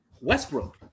Westbrook